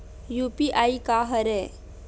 UPI का हरय?